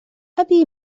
أبي